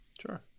sure